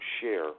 share